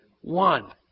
one